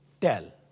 tell